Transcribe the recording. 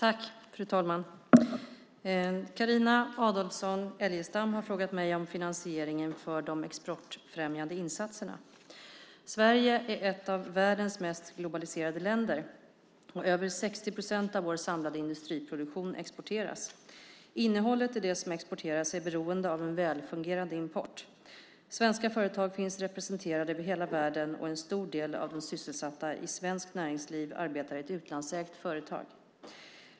Fru talman! Carina Adolfsson Elgestam har frågat mig om finansieringen för de exportfrämjande insatserna. Sverige är ett av världens mest globaliserade länder. Över 60 procent av vår samlade industriproduktion exporteras. Innehållet i det som exporteras är beroende av en välfungerande import. Svenska företag finns representerade över hela världen och en stor del av de sysselsatta i svenskt näringsliv arbetar i ett utlandsägt företag.